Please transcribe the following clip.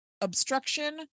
obstruction